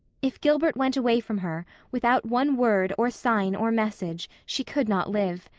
if gilbert went away from her, without one word or sign or message, she could not live.